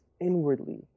inwardly